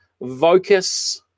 vocus